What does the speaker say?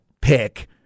pick